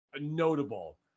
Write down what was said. notable